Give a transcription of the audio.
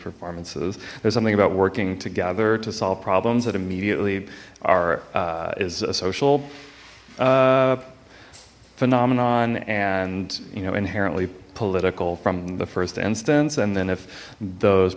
performances there's something about working together to solve problems that immediately are is a social phenomenon and you know inherently political from the first instance and then if those